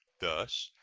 thus,